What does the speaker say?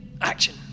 Action